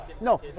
no